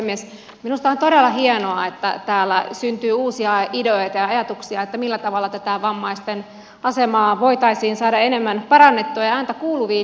minusta on todella hienoa että täällä syntyy uusia ideoita ja ajatuksia siitä millä tavalla tätä vammaisten asemaa voitaisiin saada enemmän parannettua ja ääntä kuuluviin